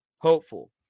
hopeful